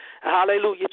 hallelujah